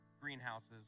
greenhouses